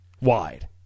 wide